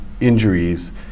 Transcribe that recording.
injuries